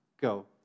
Go